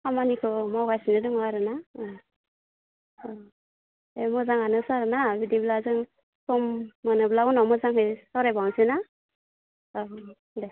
खामानिखौ मावगासिनो दङ आरोना अ दे मोजाङानो ना सार बिदिब्ला जों सम मोनोब्ला उनाव मोजाङै सावरायबावनोसै ना अ देह